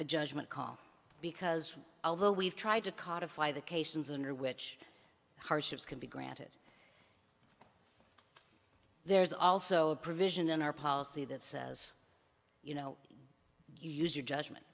a judgment call because although we've tried to codified the caissons under which hardships can be granted there's also a provision in our policy that says you know you use your judgment